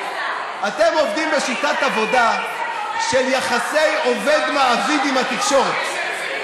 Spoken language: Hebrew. אתם עובדים בשיטת עבודה של יחסי עובד מעביד עם התקשורת.